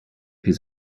his